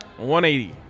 180